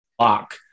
lock